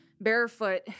barefoot